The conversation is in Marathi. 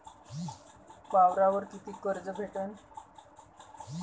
वावरावर कितीक कर्ज भेटन?